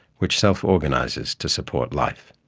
which self organises to support life.